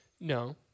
No